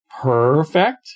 perfect